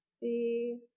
see